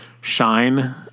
Shine